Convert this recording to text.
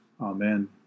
Amen